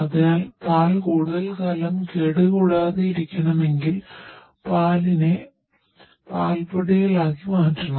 അതിനാൽ പാൽ കൂടുതൽ കാലം കേടുകൂടാതെയിരിക്കണമെങ്കിൽ പാലിനെ പാൽപ്പൊടികളാക്കി മാറ്റണം